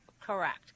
Correct